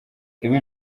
ibi